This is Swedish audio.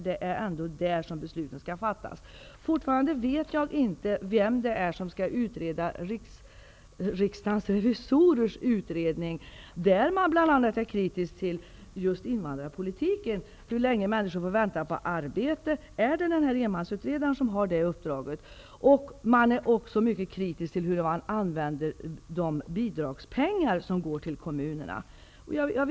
Det är ändå där som besluten skall fattas. Jag vet fortfarande inte vem det är som skall leda utredningen i anledning av riksdagens revisorers uttalanden, där man är mycket kritisk till just invandrarpolitiken och att människor får vänta så länge på arbete. Är det enmansutredaren som har detta uppdrag? Riksdagens revisorer är också mycket kritiska till hur bidragspengarna till kommunerna används.